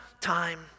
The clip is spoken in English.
time